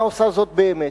ואינה עושה זאת באמת.